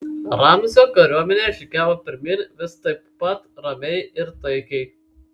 ramzio kariuomenė žygiavo pirmyn vis taip pat ramiai ir taikiai